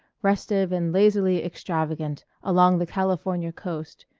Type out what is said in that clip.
restive and lazily extravagant, along the california coast,